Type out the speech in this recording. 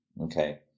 okay